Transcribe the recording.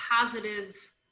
positive